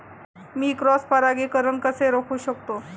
मी cross परागीकरण कसे रोखू शकतो?